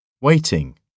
Waiting